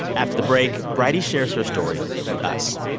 after the break, bridie shares her story with us.